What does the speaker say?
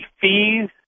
fees